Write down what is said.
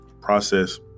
process